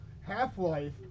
Half-Life